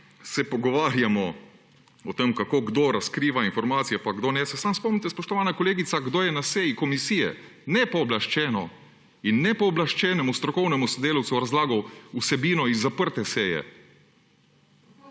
se pogovarjamo o tem, kako kdo razkriva informacije pa kdo ne, se samo spomnite, spoštovana kolegica, kdo je na seji komisije nepooblaščeno in nepooblaščenemu strokovnemu sodelavcu razlagal vsebino iz zaprte seje